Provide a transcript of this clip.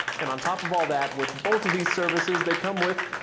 and on top of all that, with both of these services, they come with,